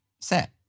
set